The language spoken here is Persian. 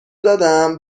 دادم